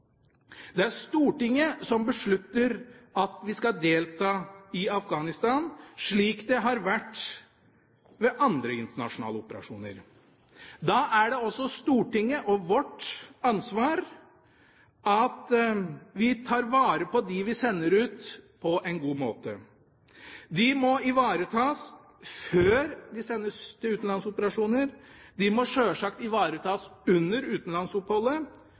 Det er Stortinget som beslutter at vi skal delta i Afghanistan, slik det har vært ved andre internasjonale operasjoner. Da er det også Stortingets ansvar at vi tar vare på dem vi sender ut, på en god måte. De må ivaretas før de sendes til utenlandsoperasjoner, de må sjølsagt ivaretas under utenlandsoppholdet,